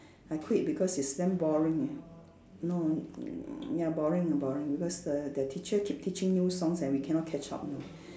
I quit because it's damn boring ah no ya boring ah boring because the the teacher keep teaching new songs and we cannot catch up you know